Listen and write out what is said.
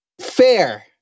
Fair